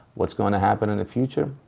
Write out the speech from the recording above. what's gonna happen in the future?